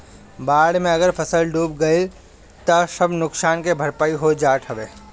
बाढ़ में अगर फसल डूब गइल तअ सब नुकसान के भरपाई हो जात हवे